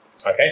Okay